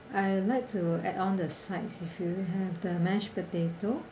I like to add on the sides if you have the mashed potato